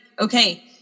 Okay